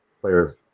players